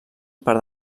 per